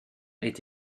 est